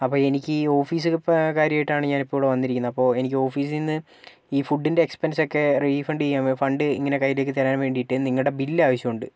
അപ്പോൾ എനിക്ക് ഈ ഓഫീസ് ഇപ്പോൾ കാര്യമായിട്ടാണ് ഞാനിപ്പോൾ ഇവിടെ വന്നിരിക്കുന്നത് അപ്പോൾ എനിക്ക് ഓഫീസിൽ നിന്ന് ഈ ഫുഡിന്റെ എക്സ്പെൻസ് ഒക്കെ റീഫണ്ട് ചെയ്യാൻ ഫണ്ട് ഇങ്ങനെ കയ്യിലേക്ക് തരാൻ വേണ്ടിയിട്ട് നിങ്ങളുടെ ബില്ല് ആവശ്യമുണ്ട്